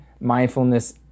Mindfulness